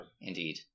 Indeed